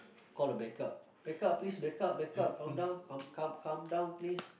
call a backup backup please backup backup come down come come come down please